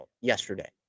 yesterday